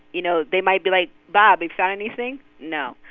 you know, they might be like, bob, you find anything? no.